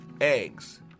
eggs